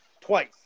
twice